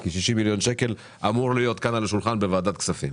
כי 60 מיליון שקל אמורים להיות כאן על השולחן בוועדת הכספים.